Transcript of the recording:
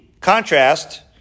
contrast